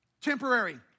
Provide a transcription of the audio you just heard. Temporary